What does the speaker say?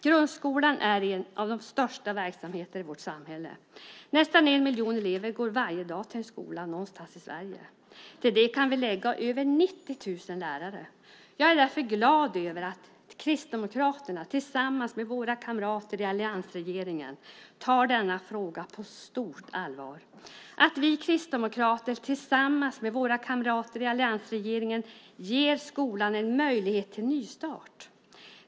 Grundskolan är en av de största verksamheterna i vårt samhälle. Nästan en miljon elever går varje dag till en skola någonstans i Sverige. Till det kan vi lägga över 90 000 lärare. Jag är därför glad över att vi kristdemokrater tillsammans med våra kamrater i alliansregeringen tar denna fråga på stort allvar. Vi kristdemokrater ger tillsammans med våra kamrater i alliansregeringen skolan en möjlighet till nystart.